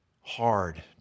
hard